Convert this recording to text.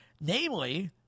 Namely